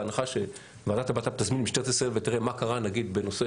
בהנחה שוועדת הבט"פ תזמין את משטרת ישראל ותראה מה קרה נגיד בנושא